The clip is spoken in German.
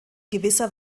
gewisser